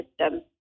system